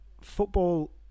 football